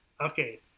Okay